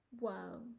wow